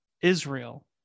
Israel